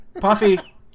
Puffy